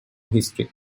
history